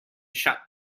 shut